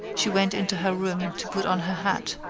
she went into her room to put on her hat,